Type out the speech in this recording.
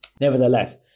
nevertheless